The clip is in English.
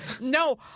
No